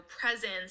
presence